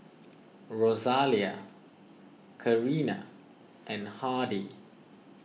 Rosalia Karina and Hardie